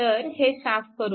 तर हे साफ करू